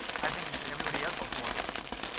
i think everybody else also wanted to quit.